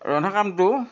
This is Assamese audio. ৰন্ধা কামটো